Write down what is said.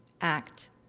act